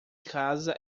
casa